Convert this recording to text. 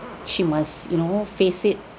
she must you know face it